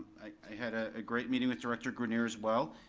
i had ah a great meeting with director grenier as well,